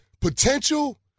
potential